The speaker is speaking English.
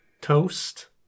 toast